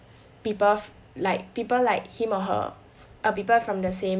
people like people like him or her are people from the same